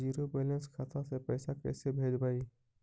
Zero balance खाता से पैसा कैसे भेजबइ?